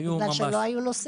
היו ממש-ממש בודדים.